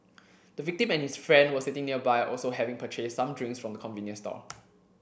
the victim and his friend were sitting nearby also having purchased some drinks from the convenience store